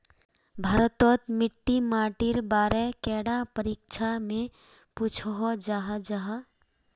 भारत तोत मिट्टी माटिर बारे कैडा परीक्षा में पुछोहो जाहा जाहा?